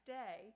day